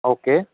okay